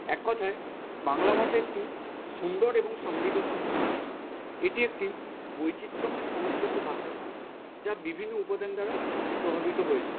এক কথায় বাংলা ভাষা একটি সুন্দর এবং সমৃধ ভাষা এটি একটি বৈচিত্র্যময় সংস্কৃতির ভাষা যা বিভিন্ন উপাদান দ্বারা প্রভাবিত হয়েছে